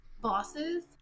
bosses